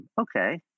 okay